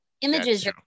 images